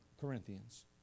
Corinthians